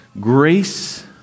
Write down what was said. grace